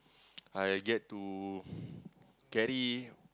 I get to carry